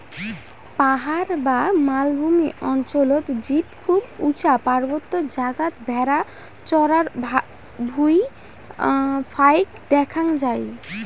পাহাড় বা মালভূমি অঞ্চলত জীব খুব উচা পার্বত্য জাগাত ভ্যাড়া চরার ভুঁই ফাইক দ্যাখ্যাং যাই